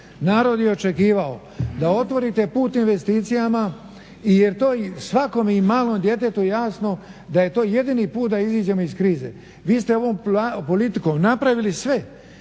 Narod je očekivao da otvorite put investicijama jer to je svakome i malom djetetu jasno da je to jedini put da iziđemo iz krize. Vi ste ovom politikom napravili sve